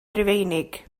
rufeinig